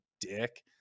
dick